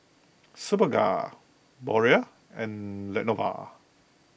Superga Biore and Lenovo